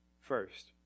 First